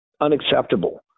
unacceptable